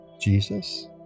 Jesus